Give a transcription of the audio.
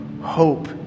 hope